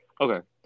okay